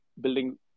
building